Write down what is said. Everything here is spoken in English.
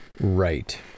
Right